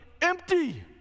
empty